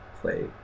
play